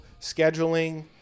scheduling